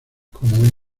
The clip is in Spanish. como